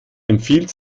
empfiehlt